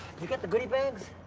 you get the goody bags?